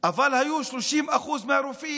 אבל הם היו 30% מהרופאים,